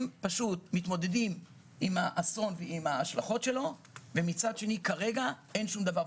הם מתמודדים עם האסון וההשלכות וכרגע אין שום דבר.